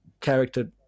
character